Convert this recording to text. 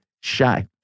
shy